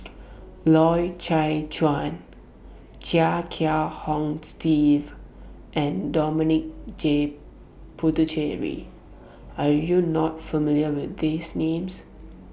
Loy Chye Chuan Chia Kiah Hong Steve and Dominic J Puthucheary Are YOU not familiar with These Names